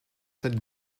cette